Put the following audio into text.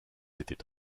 étaient